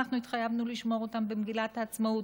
אנחנו התחייבנו לשמור אותם במגילת העצמאות,